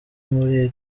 muri